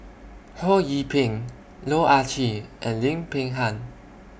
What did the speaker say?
Ho Yee Ping Loh Ah Chee and Lim Peng Han